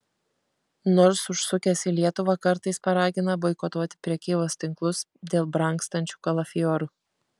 nors užsukęs į lietuvą kartais paragina boikotuoti prekybos tinklus dėl brangstančių kalafiorų